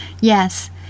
Yes